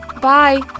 Bye